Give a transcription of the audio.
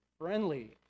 Friendly